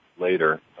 later